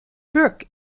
burke